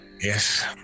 Yes